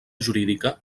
jurídica